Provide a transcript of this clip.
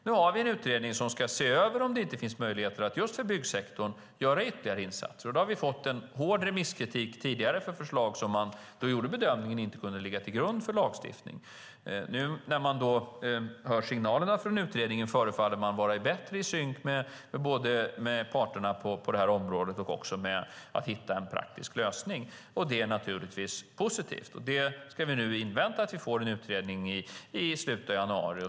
Vi har en utredning som ska se över om det inte finns möjligheter att just för byggsektorn göra ytterligare insatser. Där har vi tidigare fått hård remisskritik på förslag där man gjorde bedömningen att det inte kunde ligga till grund för lagstiftning. I dag hör vi signaler från utredningen att man förefaller vara bättre i synk med parterna på det här området och när det gäller att hitta en praktisk lösning. Det är naturligtvis positivt. Vi ska invänta den utredningen, som vi får i slutet av januari.